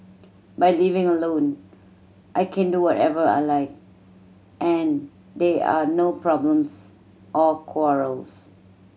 by living alone I can do whatever I like and there are no problems or quarrels